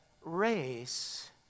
race